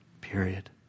period